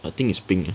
I think is pink eh